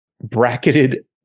bracketed